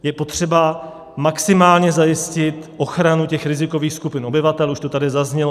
Je potřeba maximálně zajistit ochranu těch rizikových skupin obyvatel, už to tady zaznělo.